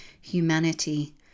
humanity